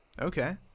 Okay